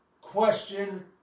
question